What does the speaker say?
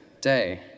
day